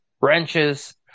wrenches